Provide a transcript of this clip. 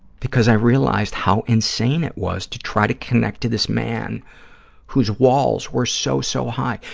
because i realized how insane it was to try to connect to this man whose walls were so, so high.